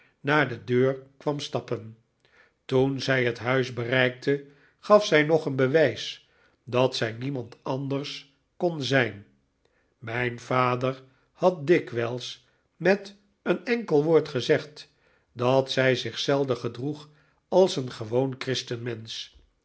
naar de deur kwam stappen toen zij het huis bereikte gaf zij nog een bewijs dat zij niemand anders kon zijn mijn vader had dikwijls met een enkel woord gezegd dat zij zich zelden gedroeg als een gewoon christenmensch